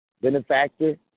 benefactor